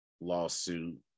lawsuit